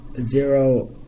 zero